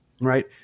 right